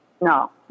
No